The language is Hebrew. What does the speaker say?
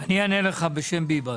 אענה לך בשם ביבס.